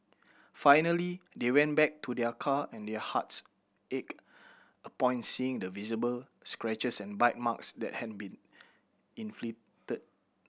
finally they went back to their car and their hearts ached upon seeing the visible scratches and bite marks that had been inflicted